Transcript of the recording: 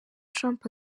trump